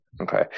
Okay